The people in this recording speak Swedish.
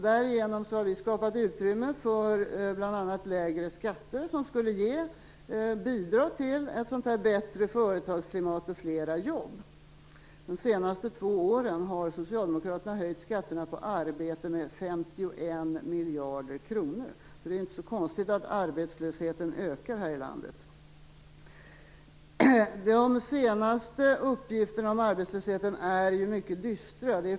Därigenom har vi skapat utrymme för bl.a. lägre skatter, som skulle bidra till ett bättre företagsklimat och flera jobb. De senaste två åren har socialdemokraterna höjt skatterna på arbete med 51 miljarder kronor, så det är inte så konstigt att arbetslösheten ökar i det här landet. De senaste uppgifterna om arbetslösheten är ju mycket dystra.